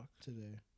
Today